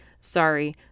Sorry